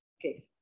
okay